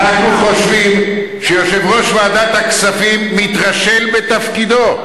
אנחנו חושבים שיושב-ראש ועדת הכספים מתרשל בתפקידו.